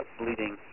bleeding